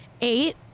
Eight